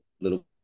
little